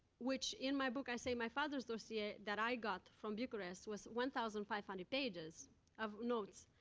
which, in my book, i say my father's dossier that i got from bucharest was one thousand five hundred pages of notes.